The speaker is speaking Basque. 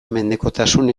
mendekotasun